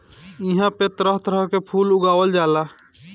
इहां पे तरह तरह के फूल उगावल जाला